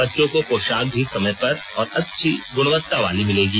बच्चों को पोशाक भी समय पर और अच्छी गुणवत्ता वाली मिलेगी